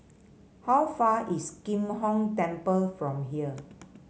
how far is Kim Hong Temple from here